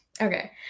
okay